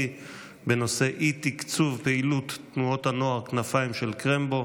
בנושא: אי-תקצוב פעילות תנועות הנוער כנפיים של קרמבו.